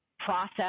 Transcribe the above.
process